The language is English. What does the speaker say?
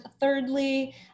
thirdly